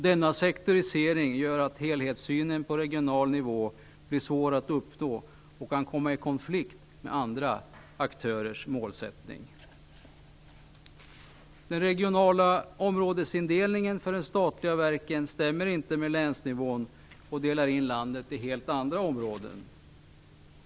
Denna sektorisering gör att helhetssynen på regional nivå blir svår att uppnå och kan komma i konflikt med andra aktörers målsättning. Den regionala områdesindelningen för de statliga verken stämmer inte med länsindelningen. Den delar in landet i helt andra områden.